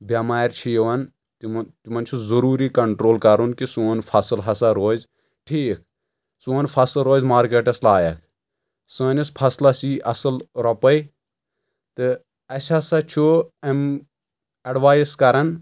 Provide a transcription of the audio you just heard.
بؠمارِ چھِ یِوان تِمن تِمن چھُ ضروٗری کنٹرول کَرُن کہِ سون فصل ہسا روزِ ٹھیٖک سون فصل روزِ مارکیٹس لایق سٲنِس فصلس یی اَصٕل رۄپاے تہٕ اَسہِ ہسا چھُ اَمہِ ایٚڈوایس کران